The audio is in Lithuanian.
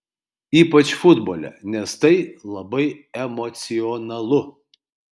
ypač futbole nes tai labai emocionalu